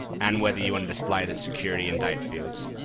and whether you want to display the security and date fields.